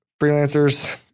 freelancers